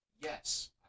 Yes